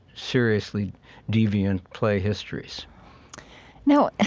seriously deviant play histories now,